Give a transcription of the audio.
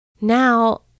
now